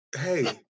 hey